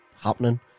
happening